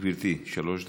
גברתי, שלוש דקות.